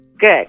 Good